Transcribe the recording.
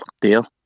deal